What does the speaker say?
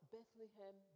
Bethlehem